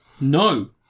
No